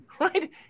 right